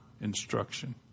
instruction